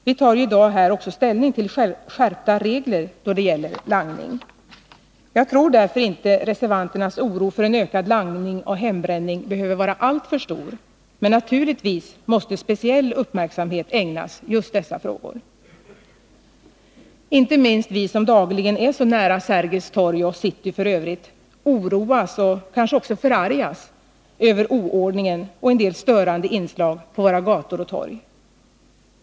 Vi tar ju här i dag också ställning till skärpta regler då det gäller langning. Jag tror därför inte att reservanternas oro för en ökad langning och hembränning behöver vara så stor. Men naturligtvis måste speciell uppmärksamhet ägnas just dessa frågor. Inte minst vi som dagligen är så nära Sergels torg och city f. ö. oroas, och kanske också förargas, över oordningen och en del störande inslag på våra gator och torg.